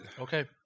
Okay